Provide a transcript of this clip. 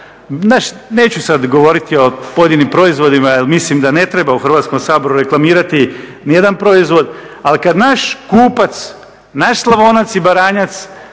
neću sada govoriti o pojedinim proizvodima jer mislim da ne treba u Hrvatskom saboru reklamirati nijedan proizvod, ali kada naš kupac, naš Slavonac i Baranjac